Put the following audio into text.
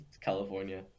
California